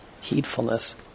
heedfulness